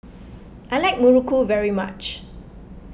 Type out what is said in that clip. I like Muruku very much